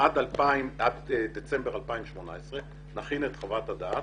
עד דצמבר 2018 אנחנו נכין את חוות הדעת.